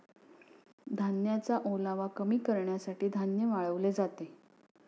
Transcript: धान्याचा ओलावा कमी करण्यासाठी धान्य वाळवले जाते